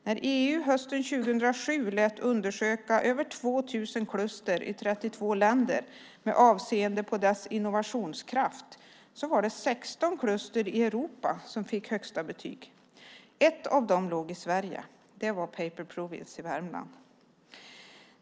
När EU hösten 2007 lät undersöka över 2 000 kluster i 32 länder med avseende på deras innovationskraft var det 16 kluster i Europa som fick högsta betyg. Ett av dem låg i Sverige. Det var Paper Province i Värmland.